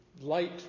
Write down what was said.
light